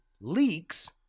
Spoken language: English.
leaks